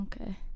Okay